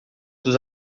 dos